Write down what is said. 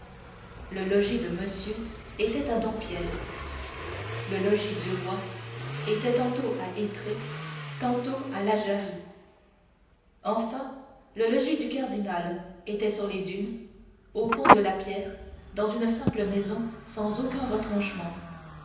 le logis de monsieur était à dompierre le logis du roi était tantôt à étré tantôt à la jarrie enfin le logis du cardinal était sur les dunes au pont de la pierre dans une simple maison sans aucun retranchement